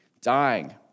Dying